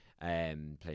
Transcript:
playing